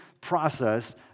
process